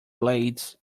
blades